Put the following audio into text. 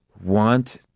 want